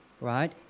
right